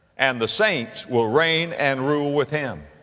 and the saints will reign and rule with him.